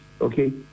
Okay